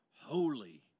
holy